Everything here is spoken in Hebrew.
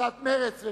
קבוצת מרצ,